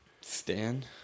Stan